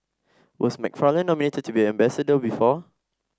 was McFarland nominated to be ambassador before